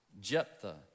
Jephthah